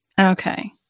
Okay